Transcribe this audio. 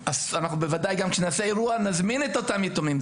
בוודאי גם כשנעשה אירוע נזמין את אותם יתומים,